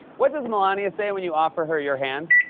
what does melania say when you offer her your hand?